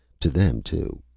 to them, too.